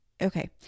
Okay